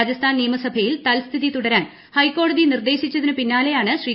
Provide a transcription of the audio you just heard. രാജസ്ഥാൻ നിയമസഭയിൽ തൽസ്ഥിതി തുടരാൻ ഹൈക്കോടതി നിർദ്ദേശിച്ചതിനു പിന്നാളെയാണ് ശ്രീ